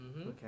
Okay